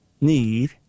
need